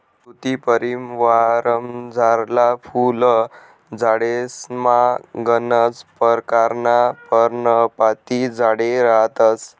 तुती परिवारमझारला फुल झाडेसमा गनच परकारना पर्णपाती झाडे रहातंस